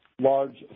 large